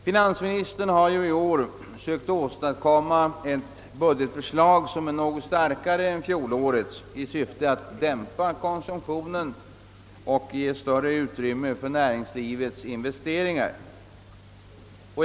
Finansministern har i år i syfte att dämpa konsumtionen och ge större utrymme åt näringslivets investeringar sökt åstadkomma ett budgetförslag som är något starkare än fjolårets.